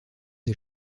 des